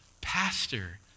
pastor